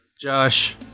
Josh